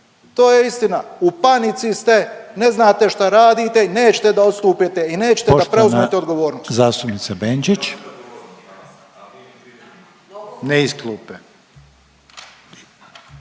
To je istina, u panici ste, na znate šta radite i nećete da odstupite i nećete da preuzmete odgovornost.